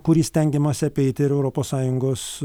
kurį stengiamasi apeiti ir europos sąjungos